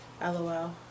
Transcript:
lol